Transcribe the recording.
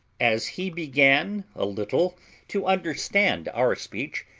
as he began a little to understand our speech,